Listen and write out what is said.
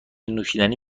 نوشیدنی